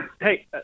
hey